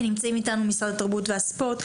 נמצאים איתנו משרד התרבות והספורט.